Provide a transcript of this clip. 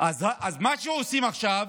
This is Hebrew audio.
אז מה שעושים עכשיו,